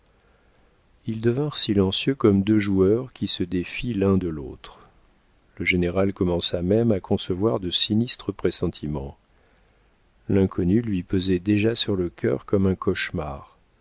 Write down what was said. ils devinrent silencieux comme deux joueurs qui se défient l'un de l'autre le général commença même à concevoir de sinistres pressentiments l'inconnu lui pesait déjà sur le cœur comme un cauchemar